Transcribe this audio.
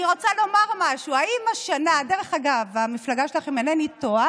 אני אמשיך הלאה.